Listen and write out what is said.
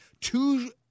two